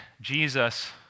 Jesus